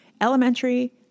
elementary